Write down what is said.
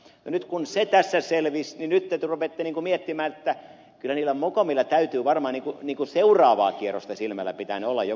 nyt kun se tässä selvisi niin nyt te rupeatte miettimään että kyllä niillä mokomilla täytyy varmaan niin kuin seuraavaa kierrosta silmällä pitäen olla joku kortti